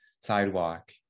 sidewalk